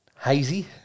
hazy